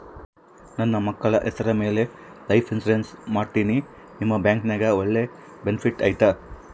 ನನ್ನ ಮಕ್ಕಳ ಹೆಸರ ಮ್ಯಾಲೆ ಲೈಫ್ ಇನ್ಸೂರೆನ್ಸ್ ಮಾಡತೇನಿ ನಿಮ್ಮ ಬ್ಯಾಂಕಿನ್ಯಾಗ ಒಳ್ಳೆ ಬೆನಿಫಿಟ್ ಐತಾ?